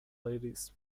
ladies